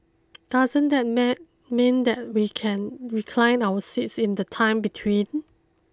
doesn't that meh mean that we can recline our seats in the time between